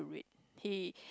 read he